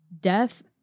death